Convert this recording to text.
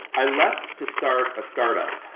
i left to start a startup,